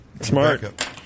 Smart